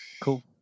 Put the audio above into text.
cool